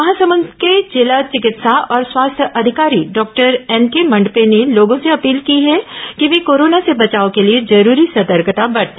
महासमुंद के जिला चिकित्सा और स्वास्थ्य अधिकारी डॉक्टर एनके मंडपे ने लोगों से अपील की है कि वे कोरोना से बचाव के लिए जरूरी सतर्कता बरते